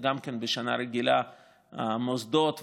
בשנה רגילה המוסדות והקרנות,